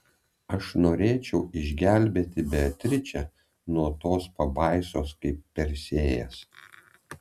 aš norėčiau išgelbėti beatričę nuo tos pabaisos kaip persėjas